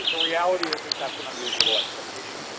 the reality is is that's an unreasonable expectation.